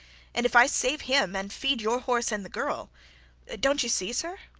and if i save him and feed your horse and the girl don't you see, sir?